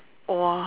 !whoa!